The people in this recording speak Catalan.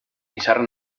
pissarra